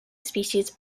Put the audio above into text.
species